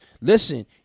listen